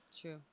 True